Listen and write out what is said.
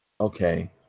Okay